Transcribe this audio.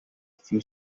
few